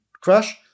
crash